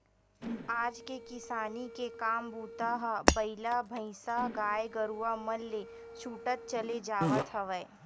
आज के किसानी के काम बूता ह बइला भइसाएगाय गरुवा मन ले छूटत चले जावत हवय